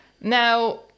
Now